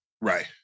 Right